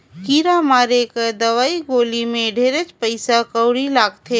कीरा मारे कर दवई गोली मे ढेरे पइसा कउड़ी लगथे